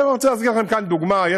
אני רוצה להביא לכם כאן דוגמה.